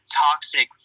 toxic